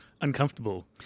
uncomfortable